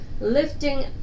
lifting